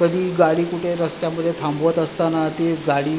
कधी गाडी कुठे रस्त्यामध्ये थांबवत असताना ते गाडी